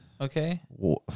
Okay